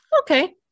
Okay